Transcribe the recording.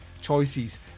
choices